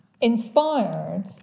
inspired